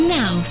now